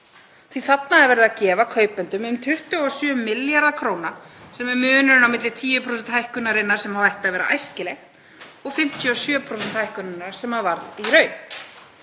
að þarna er verið að gefa kaupendum um 27 milljarða kr., sem er munurinn á milli 10% hækkunarinnar sem ætti að vera æskileg og 57% hækkunarinnar sem varð í raun.